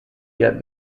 yet